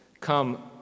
come